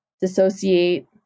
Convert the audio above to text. dissociate